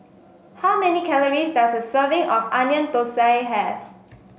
how many calories does a serving of Onion Thosai have